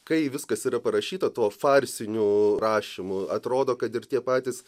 kai viskas yra parašyta tuo farsiniu rašymu atrodo kad ir tie patys